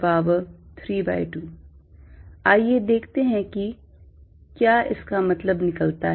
F114π0Qqx2a2432 आइए देखते हैं कि क्या इसका मतलब निकलता है